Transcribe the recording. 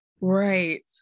right